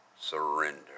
surrender